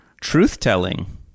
truth-telling